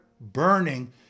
burning